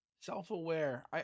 Self-aware